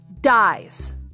dies